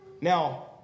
Now